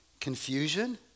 confusion